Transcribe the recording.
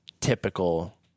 typical